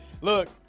Look